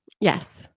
Yes